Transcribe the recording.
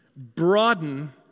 Broaden